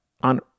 on